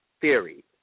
theory